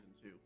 two